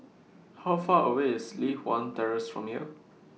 How Far away IS Li Hwan Terrace from here